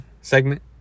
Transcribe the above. segment